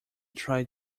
tried